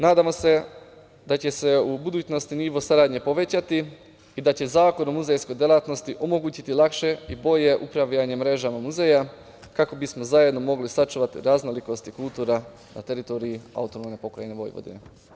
Nadamo da će se u budućnosti nivo saradnje povećati i da će Zakon o muzejskoj delatnosti omogućiti lakše i bolje upravljanje mrežama muzeja, kako bismo zajedno mogli sačuvati raznolikost kultura na teritoriji AP Vojvodine.